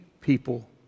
people